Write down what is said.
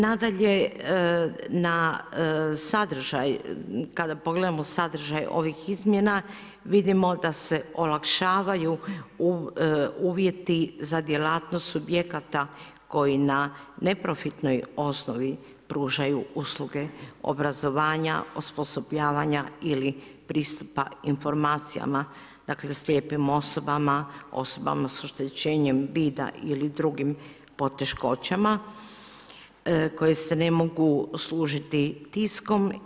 Nadalje, na sadržaj kada pogledamo u sadržaj ovih izmjena vidimo da se olakšavaju uvjeti za djelatnost subjekata koji na neprofitnoj osnovi pružaju usluge obrazovanja, osposobljavanja ili pristupa informacijama dakle slijepim osobama, osobama sa oštećenjem vida ili drugim poteškoćama koje se ne mogu služiti tiskom.